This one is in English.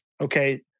okay